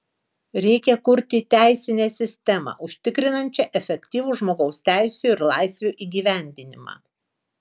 reikia kurti teisinę sistemą užtikrinančią efektyvų žmogaus teisių ir laisvių įgyvendinimą